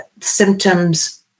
symptoms